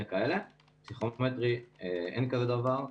בפסיכומטרי אין כזה דבר.